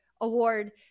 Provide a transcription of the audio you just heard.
award